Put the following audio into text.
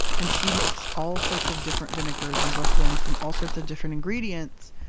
and she makes all sorts of different vinegars in brooklyn from all sorts of different ingredients.